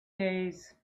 days